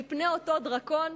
מפני אותו דרקון?